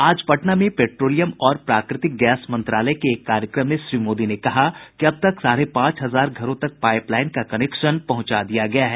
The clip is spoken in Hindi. आज पटना में पेट्रोलियम और प्राकृतिक गैस मंत्रालय के एक कार्यक्रम में श्री मोदी ने कहा कि अब तक साढ़े पांच हजार घरों तक पाईप लाईन का कनेक्शन पहुंचा दिया गया है